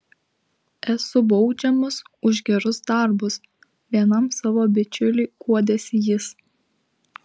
esu baudžiamas už gerus darbus vienam savo bičiuliui guodėsi jis